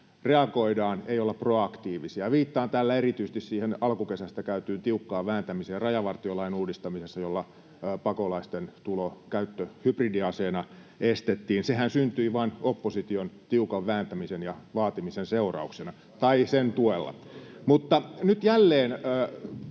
reagoidaan, ei olla proaktiivisia. Viittaan tällä erityisesti siihen alkukesästä käytyyn tiukkaan vääntämiseen rajavartiolain uudistamisesta, jolla pakolaisten käyttö hybridiaseena estettiin. Sehän syntyi vain opposition tiukan vääntämisen ja vaatimisen seurauksena — tai sen tuella. Mutta nyt jälleen